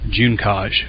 Junkaj